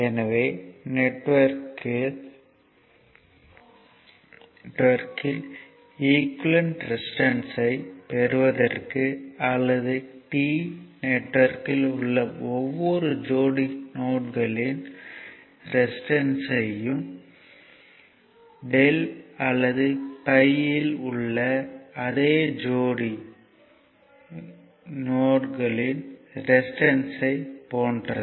எனவே நெட்வொர்க்கில் ஈக்குவேலன்ட் ரெசிஸ்டன்ஸ்யைப் பெறுவதற்கு அல்லது T நெட்வொர்க்கில் உள்ள ஒவ்வொரு ஜோடி நோட்களின் ரெசிஸ்டன்ஸ்யும் Δ அல்லது pi இல் உள்ள அதே ஜோடி ஜோடி நோட்களின் ரெசிஸ்டன்ஸ்யைப் போன்றது